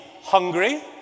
hungry